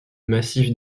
massifs